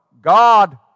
God